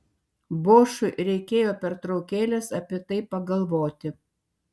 bošui reikėjo pertraukėlės apie tai pagalvoti